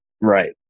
right